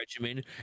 regimen